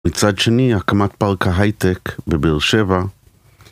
מצד שני, הקמת פארק ההיי-טק בבאר שבע